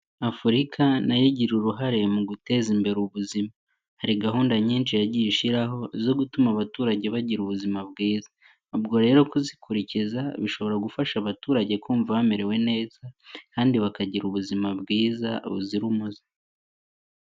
Afurika na yo igira uruhare mu guteza imbere ubuzima. Hari gahunda nyinshi yagiye ishyiraho zo gutuma abaturage bagira ubuzima bwiza. Ubwo rero kuzikurikiza, bishobora gufasha abaturage kumva bamerewe neza kandi bakagira ubuzima bwiza buzira umuze.